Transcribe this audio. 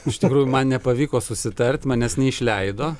iš tikrųjų man nepavyko susitart manęs neišleido